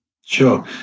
Sure